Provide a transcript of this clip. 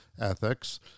ethics